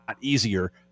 easier